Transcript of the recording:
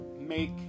make